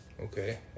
Okay